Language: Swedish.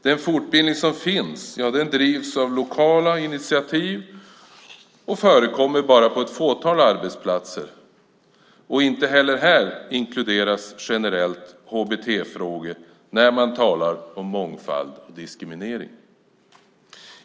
Den fortbildning som finns bedrivs i form av lokala initiativ och förekommer bara på ett fåtal arbetsplatser, och inte heller här inkluderas HBT-frågor generellt när man talar om mångfald och diskriminering.